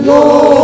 Lord